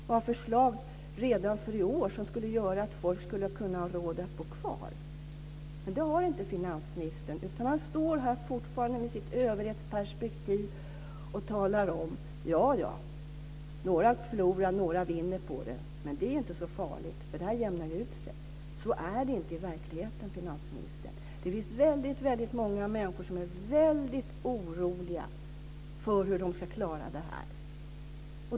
Vi har förslag som redan i år skulle kunna göra att folk får råd att bo kvar, men det har inte finansministern. Han står fortfarande här med sitt överhetsperspektiv och säger: Ja, ja, några förlorar och några vinner på det, men det är inte så farligt, för det jämnar ut sig. Så är det inte i verkligheten, finansministern. Det finns väldigt många människor som är mycket oroliga för hur de ska klara det här.